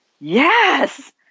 yes